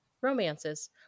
romances